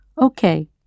Okay